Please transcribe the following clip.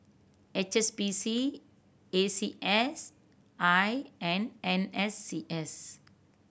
H S B C A C S I and N S C S